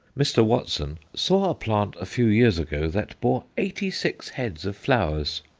mr. watson saw a plant a few years ago, that bore eighty-six heads of flowers!